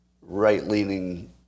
right-leaning